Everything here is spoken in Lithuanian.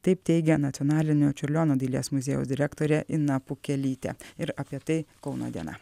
taip teigia nacionalinio čiurlionio dailės muziejaus direktorė ina pukelytė ir apie tai kauno diena